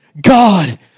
God